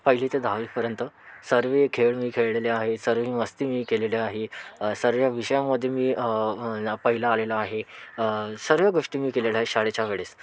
पहिली ते दहावीपर्यंत सर्व खेळ मी खेळलेले आहेत सर्व मस्ती मी केलेल्या आहे सर्व विषयांमध्ये मी पहिला आलेलो आहे सर्व गोष्टी मी केलेले आहेत शाळेच्या वेळेस